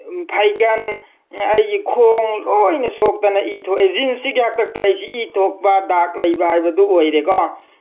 ꯐꯩꯒꯟ ꯑꯩꯒꯤ ꯈꯣꯡ ꯂꯣꯏꯅ ꯁꯣꯛꯇꯅ ꯏ ꯊꯣꯛꯑꯦ ꯖꯤꯟꯁꯁꯤꯒꯤ ꯍꯥꯛꯇꯛꯇ ꯑꯩꯁꯤ ꯏ ꯊꯣꯛꯄ ꯗꯥꯛ ꯂꯩꯕ ꯍꯥꯏꯕꯗꯨ ꯑꯣꯏꯔꯦ ꯀꯣ